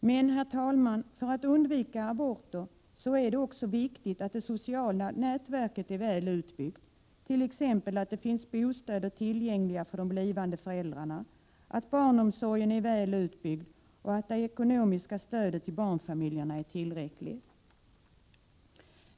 Men, herr talman, för att undvika aborter är det också viktigt att det sociala nätverket är väl utbyggt, t.ex. att det finns bostäder tillgängliga för de blivande föräldrarna, att barnomsorgen är väl utbyggd och att det ekonomiska stödet till barnfamiljerna är tillräckligt.